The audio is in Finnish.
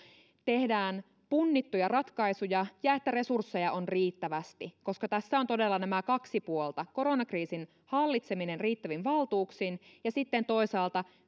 tehdään punnittuja ratkaisuja ja että resursseja on riittävästi koska tässä on todella nämä kaksi puolta koronakriisin hallitseminen riittävin valtuuksin ja sitten toisaalta